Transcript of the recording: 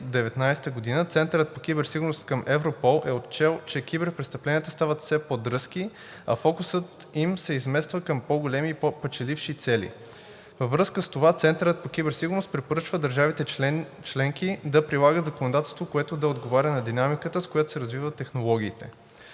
за 2019 г. Центърът по киберсигурност към Европол е отчел, че киберпрестъпленията стават все по-дръзки, а фокусът им се измества към по-големи и по-печеливши цели. Във връзка с това Центърът по киберсигурност препоръчва държавите членки да прилагат законодателство, което да отговаря на динамиката, с която се развиват технологиите.